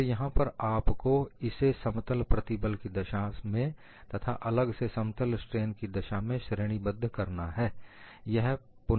और यहां पर आपको इसे समतल प्रतिबल की दशा में तथा अलग से समतल स्ट्रेन की दशा में श्रेणीबद्ध करना है